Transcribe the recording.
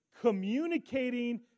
communicating